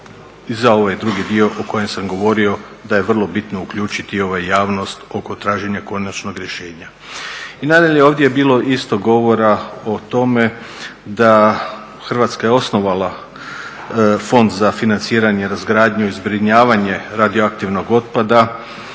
za ovaj drugi dio o kojem sam govorio da je vrlo bitno uključiti javnost oko traženje konačnog rješenja. I nadalje, ovdje je bilo isto govora o tome da Hrvatska je osnovala fond za financiranje, razgradnju i zbrinjavanje radioaktivnog otpada